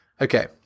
Okay